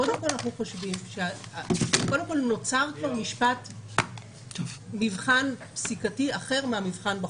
קודם כל, נוצר פה מבחן פסיקתי אחר מהמבחן בחוק,